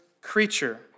creature